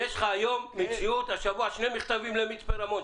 יש לך במציאות השבוע שני מכתבים למצפה רמון,